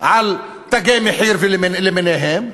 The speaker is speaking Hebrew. על "תגי מחיר" למיניהם,